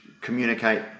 communicate